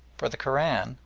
for the koran,